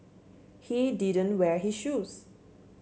he didn't wear his shoes